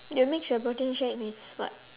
you'll mix your protein shake with what what